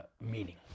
meaning